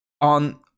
on